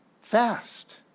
Fast